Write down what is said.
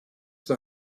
the